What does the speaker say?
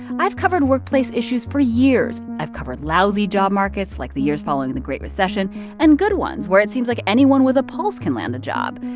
i've covered workplace issues for years. i've covered lousy job markets, like the year following the great recession and good ones where it seems like anyone with a pulse can land a job.